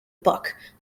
puck